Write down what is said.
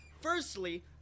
firstly